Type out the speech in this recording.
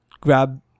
grab